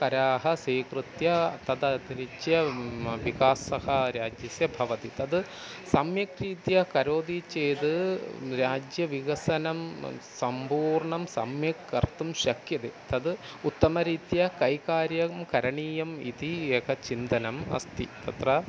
कराः स्वीकृत्य तदतिरिच्य विकासः राज्यस्य भवति तत् सम्यक्रीत्या करोति चेति राज्यविकसनं सम्पूर्णं सम्यक् कर्तुं शक्यते तत् उत्तमरीत्या कैकार्यं करणीयम् इति एकं चिन्तनम् अस्ति तत्र